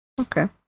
Okay